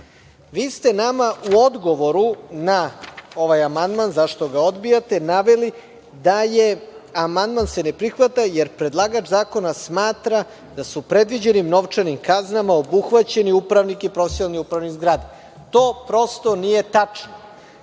Vi ste nama u odgovoru na ovaj amandman, zašto ga odbijate, naveli da se amandman ne prihvata jer predlagač zakona smatra da su predviđenim novčanim kaznama obuhvaćeni upravnik i profesionalni upravnik zgrade. To prosto nije tačno. Posle